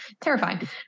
terrifying